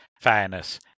fairness